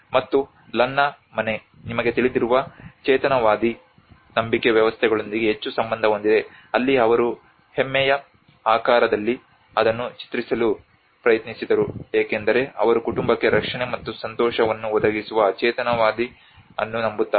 ಮತ್ತು ಲನ್ನಾ ಮನೆ ನಿಮಗೆ ತಿಳಿದಿರುವ ಚೇತನವಾದಿ ನಂಬಿಕೆ ವ್ಯವಸ್ಥೆಗಳೊಂದಿಗೆ ಹೆಚ್ಚು ಸಂಬಂಧ ಹೊಂದಿದೆ ಅಲ್ಲಿ ಅವರು ಎಮ್ಮೆಯ ಆಕಾರದಲ್ಲಿ ಅದನ್ನು ಚಿತ್ರಿಸಲು ಪ್ರಯತ್ನಿಸಿದರು ಏಕೆಂದರೆ ಅವರು ಕುಟುಂಬಕ್ಕೆ ರಕ್ಷಣೆ ಮತ್ತು ಸಂತೋಷವನ್ನು ಒದಗಿಸುವ ಚೇತನವಾದಿ ಅನ್ನು ನಂಬುತ್ತಾರೆ